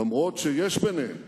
אף-על-פי שיש ביניהם